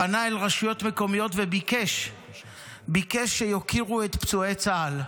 פנה אל רשויות מקומיות וביקש שיוקירו את פצועי צה"ל,